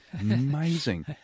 Amazing